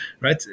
Right